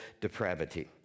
depravity